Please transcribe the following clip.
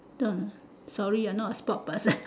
sorry ah not a sport person